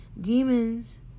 Demons